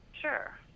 Sure